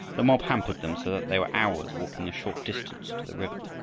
the mob hampered them so that they were hours walking the short distance to the river.